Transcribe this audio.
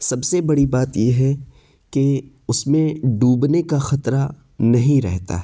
سب سے بڑی بات یہ ہے کہ اس میں ڈوبنے کا خطرہ نہیں رہتا ہے